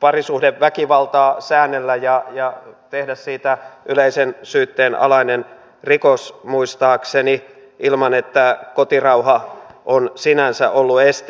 parisuhdeväkivaltaa säännellä ja tehdä siitä yleisen syytteen alaisen rikoksen muistaakseni ilman että kotirauha on sinänsä ollut esteenä